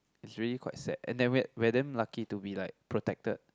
is really quite sad and that we we are damn lucky to be like protected